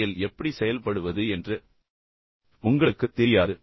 உண்மையில் எப்படி செயல்படுவது என்று உங்களுக்குத் தெரியாது